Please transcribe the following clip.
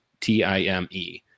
T-I-M-E